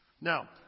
Now